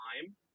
time